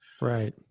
right